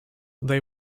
they